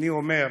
אני אומר: